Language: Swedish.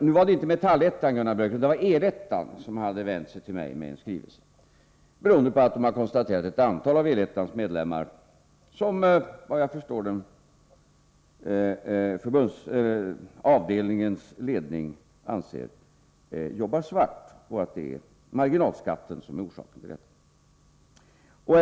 Nu var det inte Metallettan, Gunnar Biörck, utan Elettan som hade vänt sig till mig med en skrivelse beroende på, såvitt jag förstår, att avdelningens ledning anser att ett antal av Elettans medlemmar jobbar svart och att det är marginalskatten som är orsaken till detta.